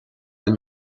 the